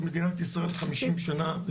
את מדינת ישראל 50 שנה,